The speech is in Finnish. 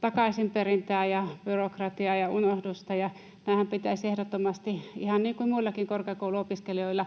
takaisinperintää ja byrokratiaa ja unohdusta, ja näidenhän pitäisi ehdottomasti, ihan niin kuin muillakin korkeakouluopiskelijoilla,